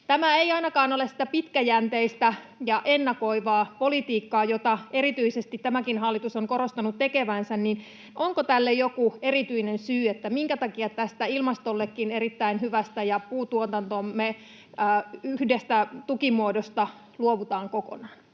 Tämä ei ainakaan ole sitä pitkäjänteistä ja ennakoivaa politiikkaa, jota erityisesti tämäkin hallitus on korostanut tekevänsä. Onko tälle joku erityinen syy, minkä takia tästä ilmastollekin erittäin hyvästä puuntuotantomme yhdestä tukimuodosta luovutaan kokonaan?